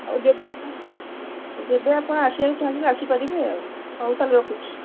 ହଉ ଯେବେ ଆପଣ ଯେବେ ଆପଣ ଆସିବାକୁ ଚାହୁଁଛନ୍ତି ଆସିପାରିବେ ଆଉ ହଉ ତା'ହେଲେ ରଖୁଛି